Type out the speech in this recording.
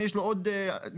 יש לו עוד מטופלים,